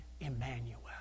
Emmanuel